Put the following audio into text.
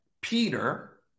Peter